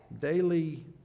daily